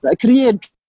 create